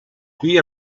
qui